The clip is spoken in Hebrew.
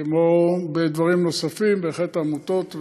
כמו בדברים נוספים, בהחלט העמותות.